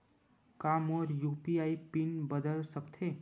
का मोर UPI PIN बदल सकथे?